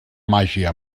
màgia